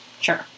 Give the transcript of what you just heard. Sure